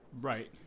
right